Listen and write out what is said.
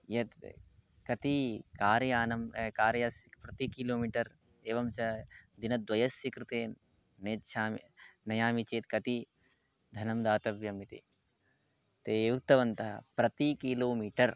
यत् कति कार्यानं कार्यं प्रति किलो मीटर् एवं च दिनद्वयस्य कृते नेच्छामि नयामि चेत् कति धनं दातव्यम् इति ते उक्तवन्तः प्रतीकिलोमीटर्